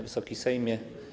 Wysoki Sejmie!